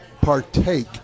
partake